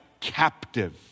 captive